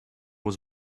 was